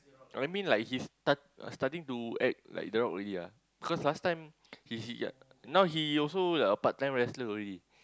I mean like his start starting to act like the rock already ah because last time he he yeah now he also part time wrestler already